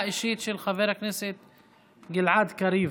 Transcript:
חבר הכנסת קריב,